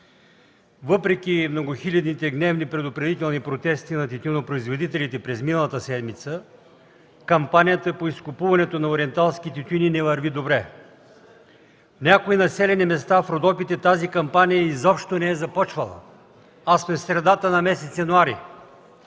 Въпреки многохилядните гневни предупредителни протести на тютюнопроизводителите през миналата седмица, кампанията по изкупуването на ориенталски тютюни не върви добре. В някои населени места в Родопите тази кампания изобщо не е започвала, а сме средата на месец януари.